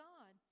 God